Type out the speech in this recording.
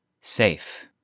Safe